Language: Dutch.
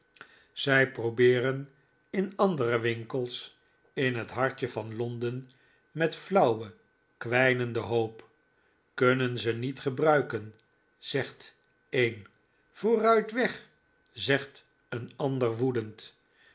zij probeeren in andere winkels in het hartje van londen met flauwe kwijnende hoop kunnen ze niet gebruiken zegt een vooruit weg zegt een ander woedend